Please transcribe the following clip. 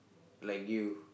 like you